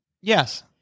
Yes